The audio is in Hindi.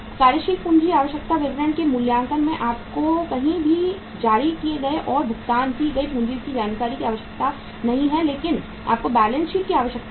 कार्यशील पूंजी आवश्यकता विवरण के मूल्यांकन में आपको कहीं भी जारी किए गए और भुगतान की गई पूंजी की जानकारी की आवश्यकता नहीं है लेकिन आपको बैलेंस शीट की आवश्यकता है